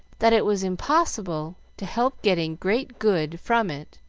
that it was impossible to help getting great good from it,